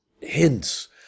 hints